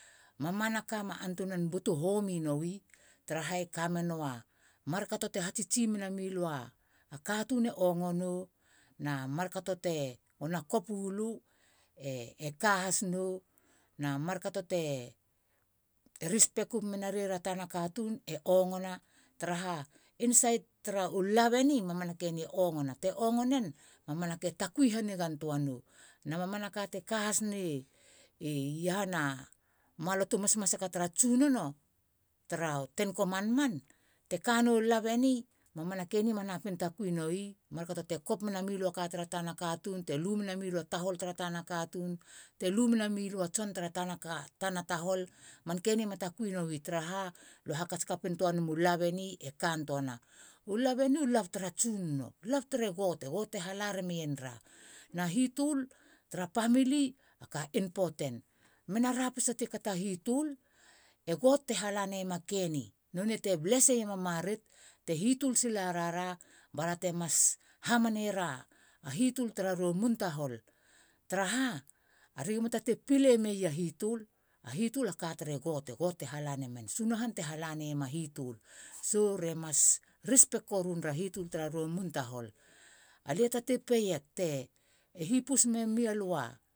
Mamanaka ma antunan butu homi nowi tara ha e kamena mar kato te hatsitsi mena milua katun e ongo no na markato tegona kop wilu e kahas no na mar kato te respct mena rira tana katun e ongo na tra ha. insait turu love e ni mamanake ni eongo na te ongonen. mamanake takui hanigantoa no. manaka takui hanigantoana na mamanaka te ka hasne i iahana malotu masmasaka tra tsunono tara ten comanment te kanu love eni mamanake ni manapin takui noui. mar kato te kop mena mi a ka tara tana katun te lu mena milu a tahol tara tana katun. te lu menamilu a tson tara tana katun. manke ni ma takui i tara ha lue kamemu hakats kapinemua love eni. te kantoanu love eni love trae tsunono. love tre god. God te halarameienra na pamili aka impoten. mena ra pise ti katoa hitul e god te halanaiema keni nonei te bless e iema marit. hitul silarara ba ra te mas hamaneiera hitul tra u mun tahol tra ha aragi ma pile mei tu hitul. a hitul a ka tre god. God te hala namen. sunahan te hala neman a hitul. Hesitation. re mas respect korueiera hitul tara ra u mun tahol. lie taten peieg te hipius memilu. a